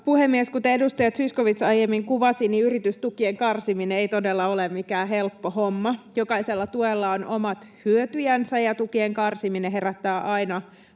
puhemies! Kuten edustaja Zyskowicz aiemmin kuvasi, yritystukien karsiminen ei todella ole mikään helppo homma. Jokaisella tuella on omat hyötyjänsä, ja tukien karsiminen herättää aina